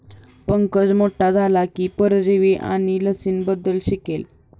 पंकज मोठा झाला की परजीवी आणि लसींबद्दल शिकेल